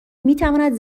میتواند